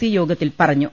C യോഗത്തിൽ പറ ഞ്ഞു